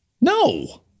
No